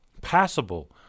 passable